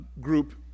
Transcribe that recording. group